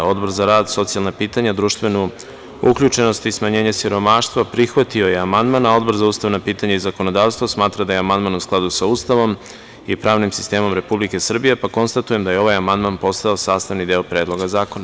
Odbor za rad, socijalna pitanja, društvenu uključenost i smanjenje siromaštva prihvatio je amandman, a Odbor za ustavna pitanja i zakonodavstvo smatra da je amandman u skladu sa Ustavom i pravnim sistemom Republike Srbije, pa konstatujem da je ovaj amandman postao sastavni deo Predloga zakona.